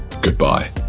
Goodbye